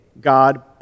God